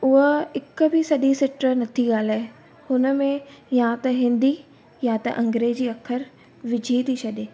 उअ हिक बि सॼी सिट नथी ॻाल्हाए हुनमें या त हिंदी या त अंग्रेज़ी अख़र विझी थी छॾे